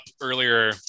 earlier